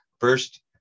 First